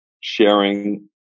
sharing